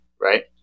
right